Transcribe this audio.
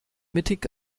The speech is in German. mittig